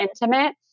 intimate